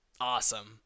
Awesome